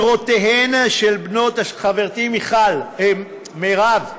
חברתי מירב,